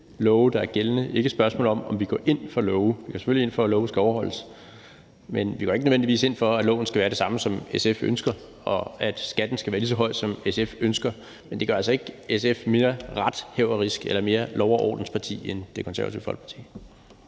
og ikke et spørgsmål om, om vi går ind for de love. Vi går selvfølgelig ind for, at loven skal overholdes, men vi går ikke nødvendigvis ind for, at loven skal være det samme, som SF ønsker, og at skatten skal være lige så høj, som SF ønsker, men det gør altså ikke, at SF har mere ret eller er mere et lov og orden-parti end Det Konservative Folkeparti.